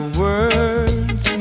words